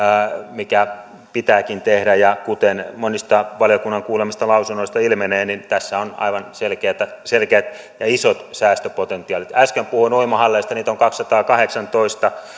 mikä pitääkin tehdä kuten monista valiokunnan kuulemista lausunnoista ilmenee tässä on aivan selkeät ja isot säästöpotentiaalit äsken puhuin uimahalleista niitä on kaksisataakahdeksantoista